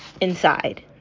inside